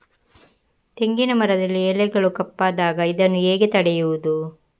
ತೆಂಗಿನ ಮರದಲ್ಲಿ ಎಲೆಗಳು ಕಪ್ಪಾದಾಗ ಇದನ್ನು ಹೇಗೆ ತಡೆಯುವುದು?